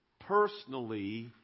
personally